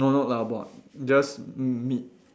no not lard pork just m~ meat